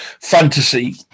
fantasy